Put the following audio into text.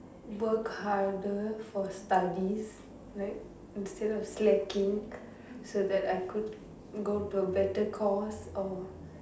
work harder for studies like instead of slacking so that I could go to a better course or